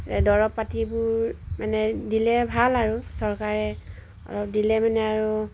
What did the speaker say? দৰৱ পাতিবোৰ মানে দিলে ভাল আৰু চৰকাৰে অলপ দিলে মানে আৰু